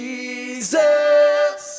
Jesus